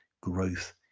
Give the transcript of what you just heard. growth